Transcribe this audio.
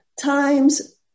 Times